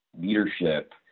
leadership